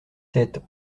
sept